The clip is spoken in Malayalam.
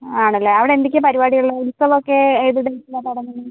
ആണല്ലേ അവിടെ എന്തൊക്കെയാണ് പരിപാടികൾ ഉള്ളത് ഉത്സവം ഒക്കെ ഏത് ഡേറ്റിൽ ആണ് തുടങ്ങുന്നത്